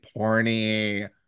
porny